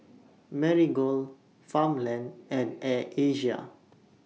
Marigold Farmland and Air Asia